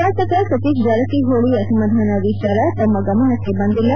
ಶಾಸಕ ಸತೀಶ್ ಜಾರಕಿಹೊಳಿ ಅಸಮಾಧಾನ ವಿಚಾರ ತಮ್ಮ ಗಮನಕ್ಕೆ ಬಂದಿಲ್ಲ